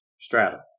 stratum